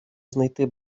знайти